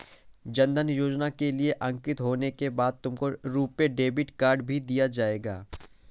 जन धन योजना के लिए अंकित होने के बाद तुमको रुपे डेबिट कार्ड भी दिया जाएगा